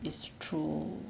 it's true